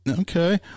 Okay